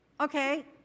Okay